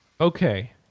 Okay